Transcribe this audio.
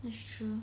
that's true